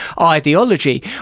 ideology